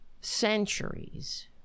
centuries